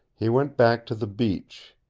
he went back to the beach.